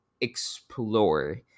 explore